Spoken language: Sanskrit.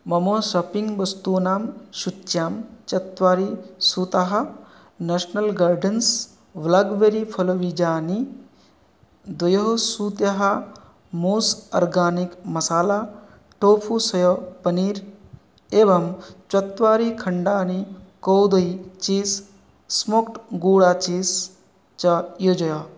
मम शापिङ्ग् वस्तूनां शूच्यां चत्वारि स्यूतः नेषनल् गर्डन्स् ब्लाक्बेरि फलबीजानि द्वयोस्स्यूतः मोस् organic masala tofu soya paneer एवं चत्वारि खण्डानि कौदयि चीस् स्मोक्ड् गूडा चीस् च योजय